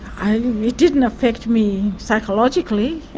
i. it didn't affect me psychologically,